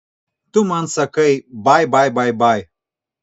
tu man sakai bai bai bai bai